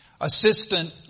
Assistant